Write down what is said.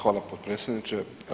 Hvala potpredsjedniče.